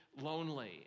lonely